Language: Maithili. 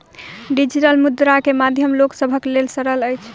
डिजिटल मुद्रा के माध्यम लोक सभक लेल सरल अछि